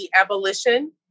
abolition